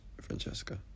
francesca